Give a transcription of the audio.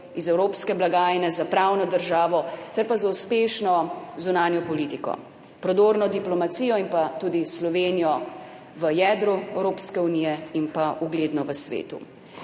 iz evropske blagajne, za pravno državo ter za uspešno zunanjo politiko, prodorno diplomacijo, za Slovenijo v jedru Evropske unije in ugledno v svetu.